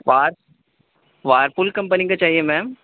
وات Whirlpool company کا چاہیے میم